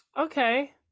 Okay